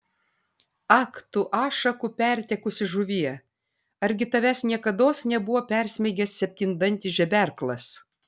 ak tu ašakų pertekusi žuvie argi tavęs niekados nebuvo persmeigęs septyndantis žeberklas